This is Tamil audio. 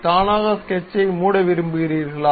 தானாக ஸ்கெட்சை மூட விரும்புகிறீர்களா